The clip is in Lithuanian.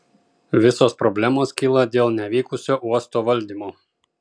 visos problemos kyla dėl nevykusio uosto valdymo